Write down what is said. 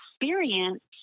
experience